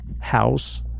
house